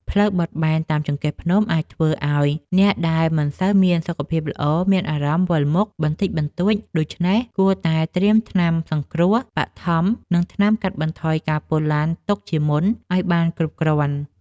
ផ្លូវបត់បែនតាមចង្កេះភ្នំអាចធ្វើឱ្យអ្នកដែលមិនសូវមានសុខភាពល្អមានអារម្មណ៍វិលមុខបន្តិចបន្តួចដូច្នេះគួរតែត្រៀមថ្នាំសង្គ្រោះបឋម និង ថ្នាំកាត់បន្ថយការពុលឡានទុកជាមុនឱ្យបានគ្រប់គ្រាន់។